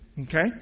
Okay